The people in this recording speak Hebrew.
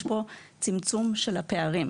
יש פה צמצום של הפערים.